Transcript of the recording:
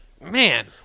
man